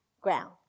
ground